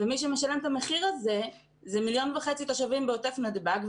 ומי שמשלם את המחיר הזה הם מיליון וחצי תושבים בעוטף נתב"ג,